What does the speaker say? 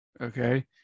okay